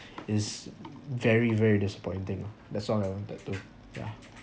it's very very disappointing lah that's all I wanted to yeah